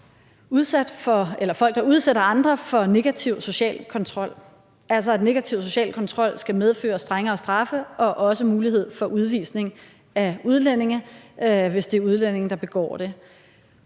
folk, der udsætter andre for negativ social kontrol, altså at negativ social kontrol skal medføre strengere straffe og også mulighed for udvisning af udlændinge, hvis det er udlændinge, der begår det.